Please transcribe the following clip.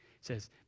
says